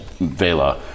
Vela